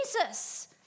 Jesus